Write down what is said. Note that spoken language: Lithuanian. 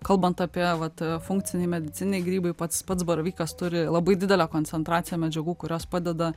kalbant apie vat funkciniai medicininiai grybai pats pats baravykas turi labai didelę koncentraciją medžiagų kurios padeda